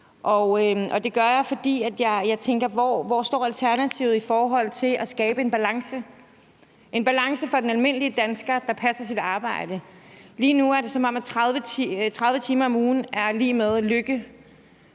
Og det gør jeg, fordi jeg tænker: Hvor står Alternativet i forhold til at skabe en balance for den almindelige dansker, der passer sit arbejde? Lige nu er det, som om 30 timer om ugen er lig med lykke,